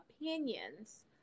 opinions